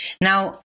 Now